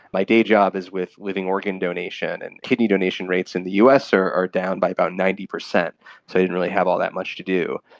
my day job is with living organ donation, and kidney donation rates in the us are are down by about ninety percent, so i didn't really have all that much to do.